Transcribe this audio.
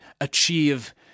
achieve